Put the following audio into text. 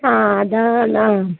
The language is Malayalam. ആ അതാ ആ